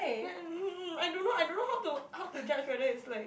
um I don't know I don't know how to how to judge whether it's like